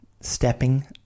stepping